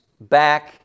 back